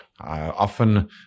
Often